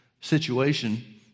situation